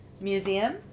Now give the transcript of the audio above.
museum